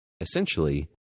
essentially